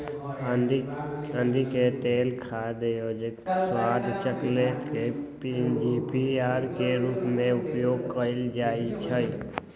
अंडिके तेल खाद्य योजक, स्वाद, चकलेट में पीजीपीआर के रूप में उपयोग कएल जाइछइ